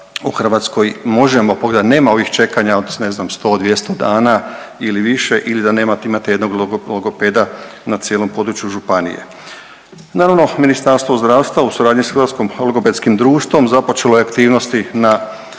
u Hrvatskoj možemo, .../nerazumljivo/... nema ovih čekanja od, ne znam, 100, 200 dana ili više ili da nemate, imate jednog logopeda na cijelom području županije. Naravno, Ministarstvo zdravstva u suradnji s Hrvatskom logopedskim društvom započelo je aktivnosti na